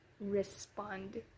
respond